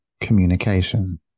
communication